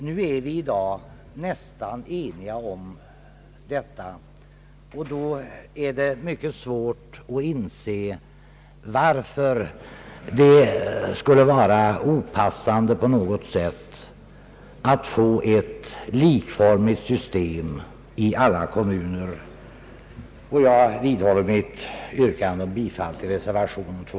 Nu när enigheten är så pass stor som den är, är det mycket svårt att inse varför det på något sätt skulle vara opassande att få ett likformigt system i alla kommuner. Herr talman! Jag vidhåller mitt yrkande om bifall till reservation 2.